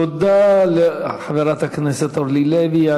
תודה לחברת הכנסת אורלי לוי.